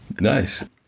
Nice